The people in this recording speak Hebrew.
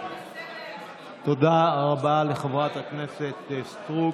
תודה רבה, חברת הכנסת סטרוק.